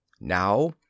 Now